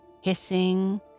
hissing